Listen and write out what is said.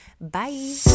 Bye